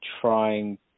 trying